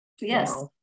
Yes